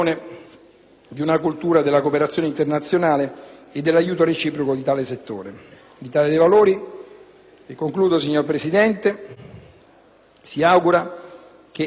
si augura che questa fase possa venire presto raggiunta, grazie anche alla pronta sottoscrizione dell'Accordo da parte degli Stati che non hanno ancora firmato.